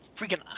freaking